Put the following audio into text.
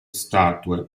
statue